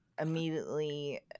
immediately